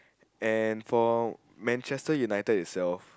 and for Manchester-United itself